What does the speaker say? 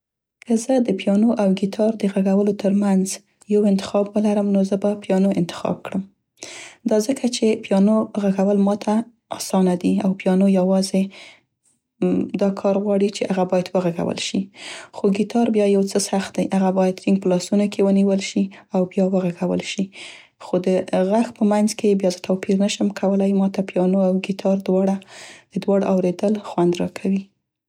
که زه د پیانو او ګیتار د غږولو تر منځ یو انتخاب ولرم نو زه به پیانو انتخاب کړم. دا ځکه چې پیانو غږول ماته اسانه دي او پیانو یوازې دا کار غواړي چې هغه باید وغږول شي. خو ګیتار بیا یو څه سخت دی. هغه باید ټينګ په لاسونو کې ونیول شي او بیا وغږول شي. خو د غږ په منځ کې یې بیا زه توپير نشم کولای، ماته پیانو او ګیتار دواړه، د دواړو اوریدل خوند راکوي.